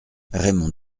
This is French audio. raymond